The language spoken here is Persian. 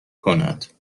کند